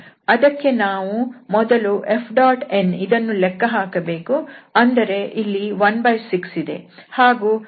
ಅದಕ್ಕೆ ನಾವು ಮೊದಲು Fn ಇದನ್ನು ಲೆಕ್ಕ ಹಾಕಬೇಕು ಅಂದರೆ ಇಲ್ಲಿ 16 ಇದೆ ಹಾಗೂ xz2xy2 ಇದೆ